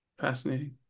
fascinating